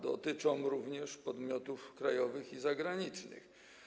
Dotyczą również podmiotów krajowych i zagranicznych.